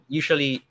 usually